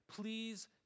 please